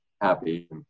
happy